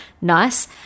nice